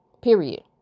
period